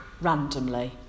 randomly